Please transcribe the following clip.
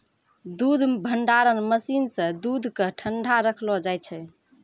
दूध भंडारण मसीन सें दूध क ठंडा रखलो जाय छै